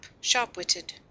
sharp-witted